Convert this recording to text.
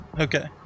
Okay